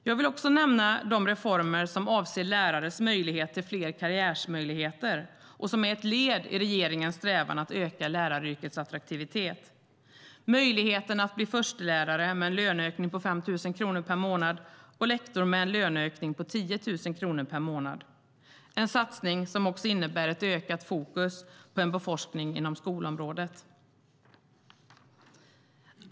Jag vill också nämna de reformer som avser lärares möjlighet till fler karriärmöjligheter och som är ett led i regeringens strävan att öka läraryrkets attraktivitet. Det ger en möjlighet att bli förstelärare med en löneökning på 5 000 kronor per månad och lektor med en löneökning på 10 000 kronor per månad. Det är en satsning som också innebär ett ökat fokus på beforskning inom skolområdet.